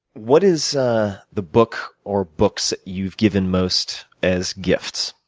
what is the book or books you've given most as gifts,